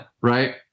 Right